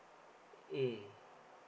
mm